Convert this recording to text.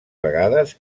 vegades